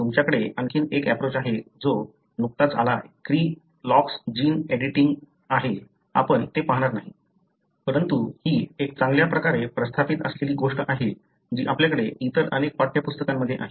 तुमच्याकडे आणखी एक एप्रोच आहे जो नुकताच आला आहे क्री लॉक्स जीन एडिटिंग आपण ते पाहणार नाही परंतु ही एक चांगल्या प्रकारे प्रस्थापित असलेली गोष्ट आहे जी आपल्याकडे इतर अनेक पाठ्यपुस्तकांमध्ये आहे